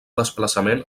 desplaçament